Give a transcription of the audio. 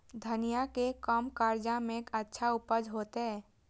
धनिया के कम खर्चा में अच्छा उपज होते?